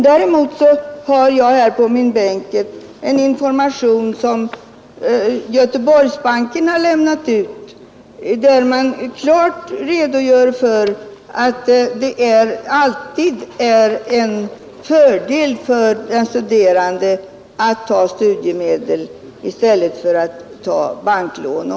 Däremot har jag på min bänk en information som Göteborgs bank har lämnat ut, där man klart redogör för att det alltid är en fördel för den studerande att ta studiemedel i stället för att ta banklån.